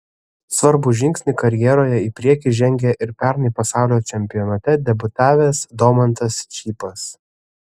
svarbų žingsnį karjeroje į priekį žengė ir pernai pasaulio čempionate debiutavęs domantas čypas